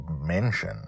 mention